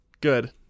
Good